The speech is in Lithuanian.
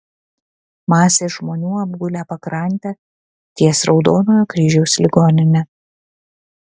masės žmonių apgulę pakrantę ties raudonojo kryžiaus ligonine